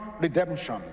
redemption